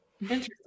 interesting